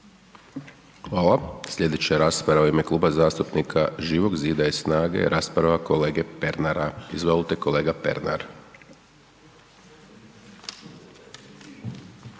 (SDP)** Slijedeća rasprave u ime Kluba zastupnika Živog Zida i SNAGA-e, rasprava kolege Pernara, izvolite kolega Pernar.